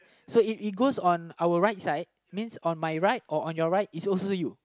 so it it goes on our right side means on my right or on your right is also you